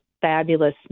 fabulous